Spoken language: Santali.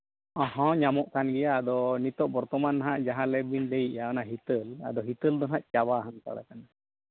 ᱦᱮᱸ ᱧᱟᱢᱚᱜ ᱠᱟᱱ ᱜᱮᱭᱟ ᱟᱫᱚ ᱱᱤᱛᱳᱜ ᱵᱚᱨᱛᱚᱢᱟᱱ ᱨᱮ ᱱᱟᱜ ᱡᱟᱦᱟᱸ ᱞᱮᱠ ᱵᱤᱱ ᱞᱟᱹᱭᱮᱜᱼᱟ ᱚᱱᱟ ᱦᱤᱛᱟᱹᱞ ᱟᱫᱚ ᱦᱤᱛᱟᱹᱞ ᱫᱚ ᱱᱟᱜ ᱪᱟᱵᱟ ᱦᱟᱛᱟᱲᱟᱠᱟᱱᱟ